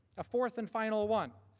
a fourth and final one.